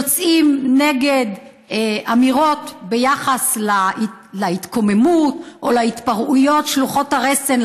יוצאים נגד אמירות ביחס להתקוממות או להתפרעויות שלוחות הרסן,